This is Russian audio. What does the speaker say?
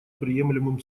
приемлемым